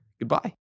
goodbye